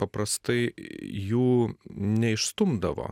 paprastai jų neišstumdavo